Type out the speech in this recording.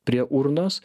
prie urnos